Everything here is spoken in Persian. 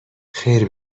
خیر